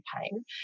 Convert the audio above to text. pain